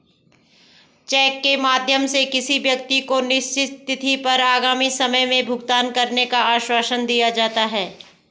check के माध्यम से किसी व्यक्ति को निश्चित तिथि पर आगामी समय में भुगतान करने का आश्वासन दिया जा सकता है